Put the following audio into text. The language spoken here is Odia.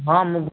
ହଁ ମୁଁ